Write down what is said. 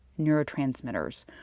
neurotransmitters